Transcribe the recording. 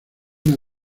una